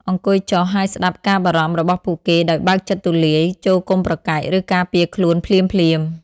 អង្គុយចុះ ហើយស្តាប់ការបារម្ភរបស់ពួកគេដោយបើកចិត្តទូលាយ ចូរកុំប្រកែក ឬការពារខ្លួនភ្លាមៗ។